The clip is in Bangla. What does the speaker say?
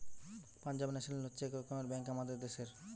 পাঞ্জাব ন্যাশনাল হচ্ছে এক রকমের ব্যাঙ্ক আমাদের দ্যাশের